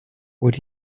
what